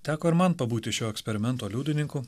teko ir man pabūti šio eksperimento liudininku